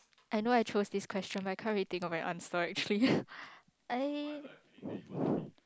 I know I chose this question but I can't really think of an answer actually eh